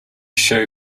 show